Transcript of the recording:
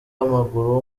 w’amaguru